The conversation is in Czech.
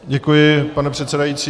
Děkuji, pane předsedající.